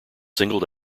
singled